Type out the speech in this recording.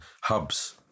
hubs